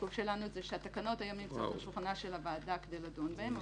העיכוב שלנו שהתקנות היום נמצאות על שולחן הוועדה כדי לדון בהן.